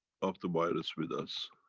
of the virus with us.